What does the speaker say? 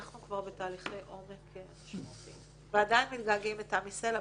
אנחנו כבר בתהליכי עומק משמעותיים ועדין מתגעגעים לתמי סלע,